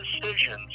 decisions